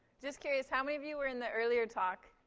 just curious, how many of you were in the earlier talk?